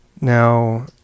Now